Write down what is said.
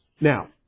Now